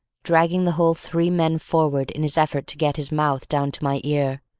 dragging the whole three men forward in his effort to get his mouth down to my ear,